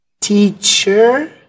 Teacher